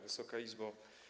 Wysoka Izbo!